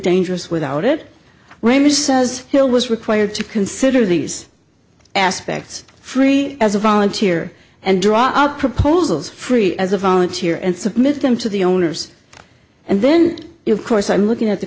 dangerous without it remember says hill was required to consider these aspects free as a volunteer and draw up proposals free as a volunteer and submit them to the owners and then you course i'm looking at the